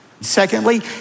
Secondly